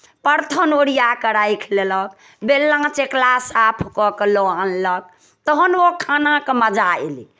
परथन ओरिया कऽ राखि लेलक बेलना चकला साफ कऽ के लऽ अनलक तहन ओ खानाके मजा अयलै